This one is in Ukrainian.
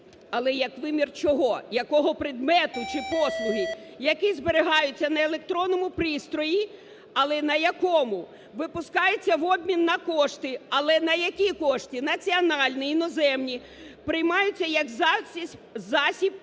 Але як вимір чого, якого предмету чи послуги? Які зберігаються на електронному пристрої. Але на якому? Випускаються в обмін на кошти. Але на які кошти: національні, іноземні? Приймаються як засіб платежу